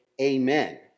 amen